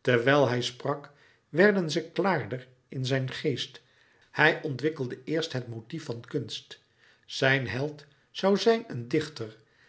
terwijl hij sprak werden ze klaarder in zijn geest hij ontwikkelde eerst het motief van kunst zijn held zoû zijn een dichter